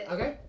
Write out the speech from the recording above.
Okay